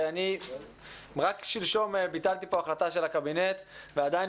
ואני רק שלשום ביטלתי פה החלטה של הקבינט ועדיין